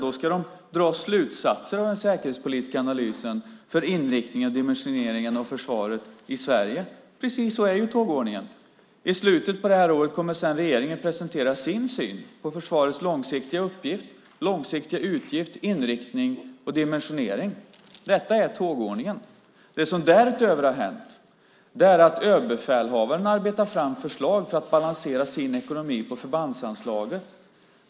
Då ska de dra slutsatser av den säkerhetspolitiska analysen för inriktningen och dimensioneringen av försvaret i Sverige. Precis sådan är tågordningen. I slutet av året kommer sedan regeringen att presentera sin syn på försvarets långsiktiga uppgift, långsiktiga utgift, inriktning och dimensionering. Sådan är tågordningen, Det som därutöver har hänt är att överbefälhavaren arbetar fram förslag för att balansera sin ekonomi på förbandsanslaget.